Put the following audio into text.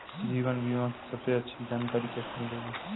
जीवन बीमा की सबसे अच्छी जानकारी कैसे मिलेगी?